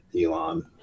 Elon